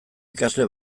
ikasle